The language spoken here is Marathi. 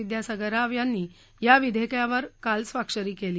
विद्यासागर राव यांनी या विधेयकावर काल स्वाक्षरी केली